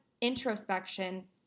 introspection